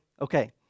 Okay